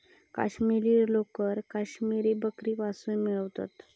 काश्मिरी लोकर काश्मिरी बकरीपासुन मिळवतत